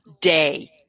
day